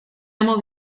amo